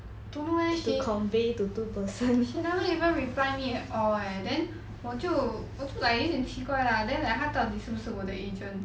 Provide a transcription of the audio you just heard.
don't know eh she she never even reply me at all eh then 我就我就 like 有一点奇怪 lah then like 他到底是不是我的 agent